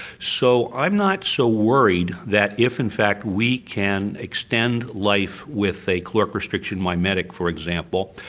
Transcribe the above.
so i'm not so worried that if in fact we can extend life with a caloric restriction mimetic, for example,